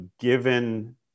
given